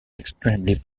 extremely